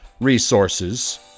resources